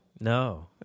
No